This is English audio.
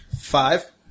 Five